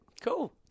Cool